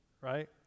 right